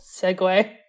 Segue